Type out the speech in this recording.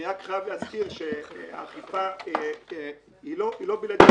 אני חייב להזכיר שהאכיפה היא לא בלעדית